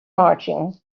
marching